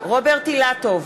רוברט אילטוב,